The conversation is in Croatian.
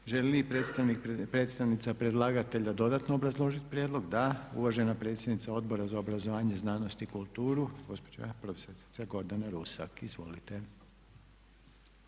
li predstavnica predlagatelja dodatno obrazložiti prijedlog? Da. Uvažena predsjednica Odbora za obrazovanje, znanost i kulturu gospođa Rusak Gordana. Izvolite.